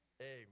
Amen